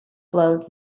blows